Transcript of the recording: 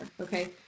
okay